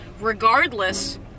Regardless